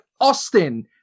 Austin